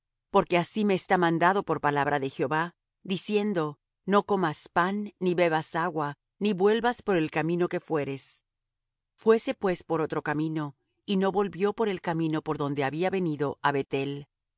porque así me está mandado por palabra de jehová diciendo no comas pan ni bebas agua ni vuelvas por el camino que fueres fuése pues por otro camino y no volvió por el camino por donde había venido á beth-el